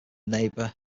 neighbor